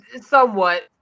somewhat